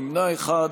נמנע אחד,